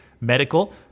medical